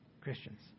Christians